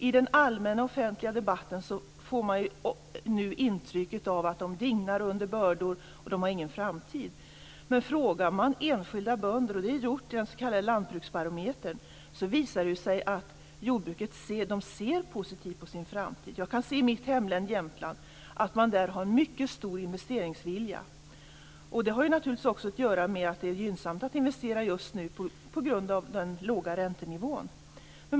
I den allmänna offentliga debatten får man nu intrycket av att de dignar under bördor och inte har någon framtid. Men frågar man enskilda bönder - och det är gjort i den s.k. lantbruksbarometern - visar det sig att de ser positivt på sin framtid. Jag kan i mitt hemlän Jämtland se att man där har en mycket stor investeringsvilja. Det har naturligtvis också att göra med att det är just nu är gynnsamt att investera på grund av den låga räntenivån.